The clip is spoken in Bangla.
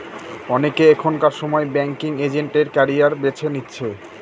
অনেকে এখনকার সময় ব্যাঙ্কিং এজেন্ট এর ক্যারিয়ার বেছে নিচ্ছে